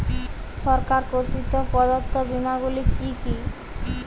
সরকার কর্তৃক প্রদত্ত বিমা গুলি কি কি?